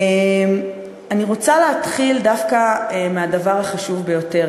אני רוצה להתחיל דווקא מהדבר החשוב ביותר,